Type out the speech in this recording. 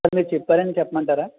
sir మీరు చెప్పారు అని చెప్పమంటారా